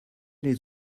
les